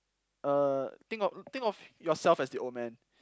uh think of think of yourself as the old man